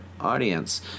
audience